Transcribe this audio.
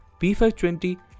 P520